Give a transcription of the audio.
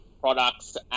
products